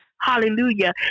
Hallelujah